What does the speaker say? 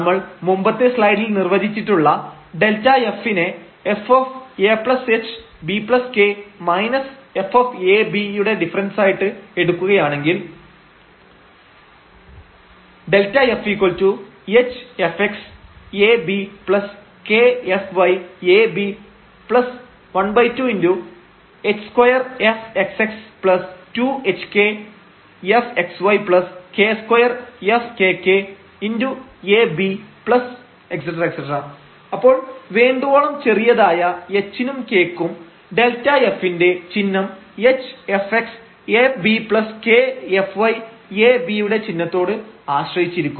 നമ്മൾ മുമ്പത്തെ സ്ലൈഡിൽ നിർവചിച്ചിട്ടുള്ള Δf നെ fah bk fab യുടെ ഡിഫറെൻസായിട്ട് എടുക്കുകയാണെങ്കിൽ Δfh fx abk fy ab12 h2 fxx 2hk fxyk2 fkk a b ⋯ അപ്പോൾ വേണ്ടുവോളം ചെറിയതായ h നും k ക്കും Δf ന്റെ ചിഹ്നം h fx abk fy ab യുടെ ചിഹ്നത്തോട് ആശ്രയിച്ചിരിക്കും